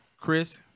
Chris